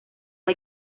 hay